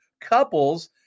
couples